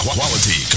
Quality